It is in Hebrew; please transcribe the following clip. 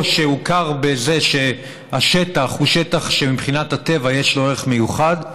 או שהוכר בזה שהשטח הוא שטח שמבחינת הטבע יש לו ערך מיוחד,